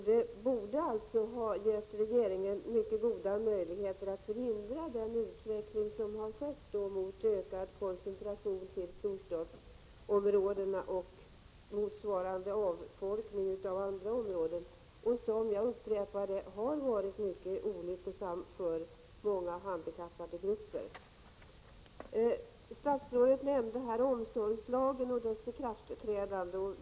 Det borde ha gett regeringen goda möjligheter att förhindra den utveckling som har skett mot ökad koncentration till storstadsområdena och avfolkning av andra områden. Den utvecklingen har varit mycket olycklig för många handikappgrupper. Statsrådet nämnde omsorgslagen och dess ikraftträdande.